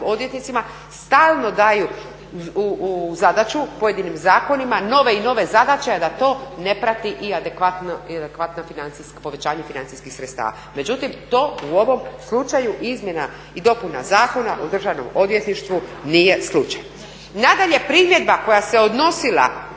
odvjetnicima stalno daju u zadaću pojedinim zakonima nove i nove zadaće, da to ne prati i adekvatno povećanje financijskih sredstava. Međutim, to u ovom slučaju izmjena i dopuna Zakona o državnom odvjetništvu nije slučaj. Nadalje, primjedba koja se odnosila